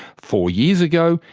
four years ago,